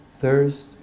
thirst